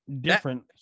different